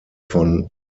von